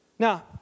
Now